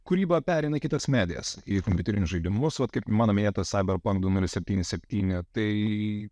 kūryba pereina į kitas medijas į kompiuterinius žaidimus vat kaip mano minėtas cyber punk du nulis sepnyni septyni tai